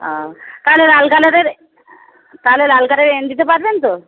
ও তাহলে লাল কালারের তাহলে লাল কালারের এনে দিতে পারবেন তো